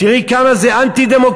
תראי כמה זה אנטי-דמוקרטי.